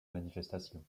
manifestation